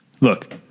look